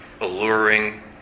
alluring